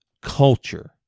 culture